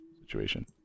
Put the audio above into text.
situation